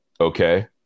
okay